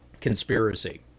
conspiracy